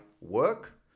work